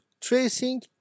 tracing